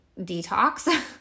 detox